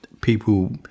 people